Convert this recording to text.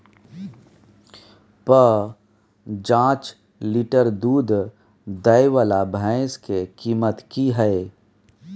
प जॉंच लीटर दूध दैय वाला भैंस के कीमत की हय?